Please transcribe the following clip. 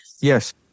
yes